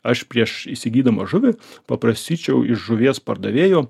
aš prieš įsigydamas žuvį paprasyčiau į žuvies pardavėjo